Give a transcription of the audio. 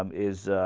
um is